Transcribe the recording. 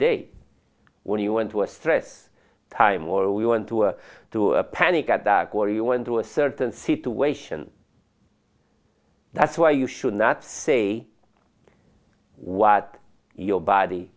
day when you went to a stress time or we want to do a panic attack or you went to a certain situation that's why you should not say what your body